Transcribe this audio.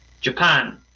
Japan